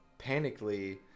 panically